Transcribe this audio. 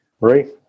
Right